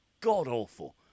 god-awful